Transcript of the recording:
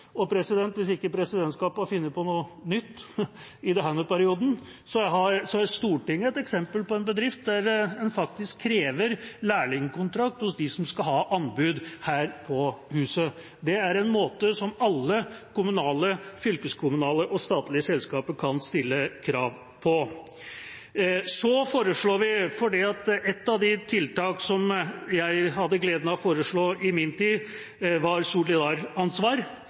hvis ikke presidentskapet har funnet på noe nytt i denne perioden, er Stortinget et eksempel på en bedrift der en faktisk krever lærlingkontrakt av dem som skal ha anbud her på huset. Det kan alle kommunale, fylkeskommunale og statlige selskaper stille krav om. Et av de tiltakene som jeg hadde gleden av å foreslå i min tid, var solidaransvar,